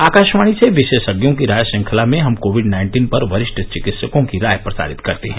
आकाशवाणी से विशेषज्ञों की राय श्रंखला में हम कोविड नाइन्टीन पर वरिष्ठ चिकित्सकों की राय प्रसारित करते हैं